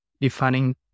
defining